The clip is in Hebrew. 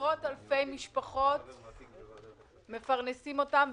עשרות אלפי משפחות ומפרנסים אותן.